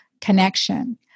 connection